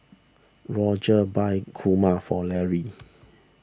Rodger bought Kurma for Larry